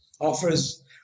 offers